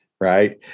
right